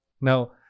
Now